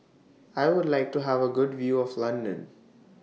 I Would like to Have A Good View of London